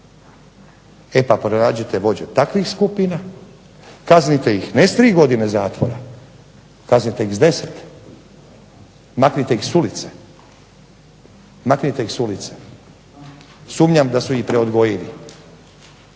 E pa pronađite vođe takvih skupina, kaznite ih ne s 3 godine zatvora, kaznite ih s 10, maknite ih s ulice, sumnjam da su ih preodgojili,